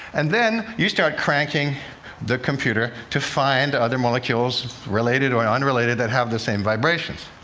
and then you start cranking the computer to find other molecules, related or unrelated, that have the same vibrations.